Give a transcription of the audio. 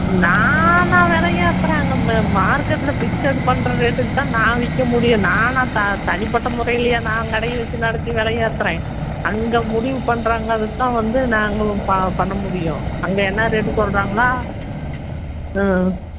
நானாக விலை ஏற்றுறேன் அங்கே ம மார்க்கெட்டில் ஃபிக்ஸடு பண்ணுற ரேட்டுக்கு தான் நான் விற்க முடியும் நானாக தா தனிப்பட்ட முறையிலேயா நான் கடையை வெச்சு நடத்தி விலை ஏற்றுறேன் அங்கே முடிவு பண்றாங்கிறது தான் வந்து நாங்கள் பா பண்ண முடியும் அங்கே என்ன ரேட்டு சொல்கிறாங்களோ ஆ